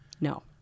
No